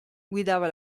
guidava